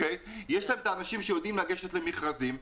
יש להן אנשים שיודעים לגשת למכרזים,